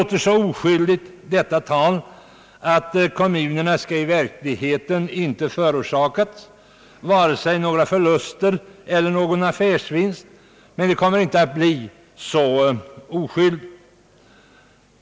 Talet att kommunerna i verkligheten skall förorsakas varken några förluster eller någon affärsvinst låter så oskyldigt, men det kommer inte att bli så oskyldigt.